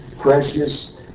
precious